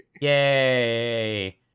Yay